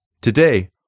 Today